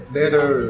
better